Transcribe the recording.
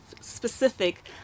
specific